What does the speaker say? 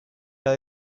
cael